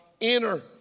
enter